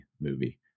movie